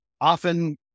often